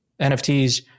NFTs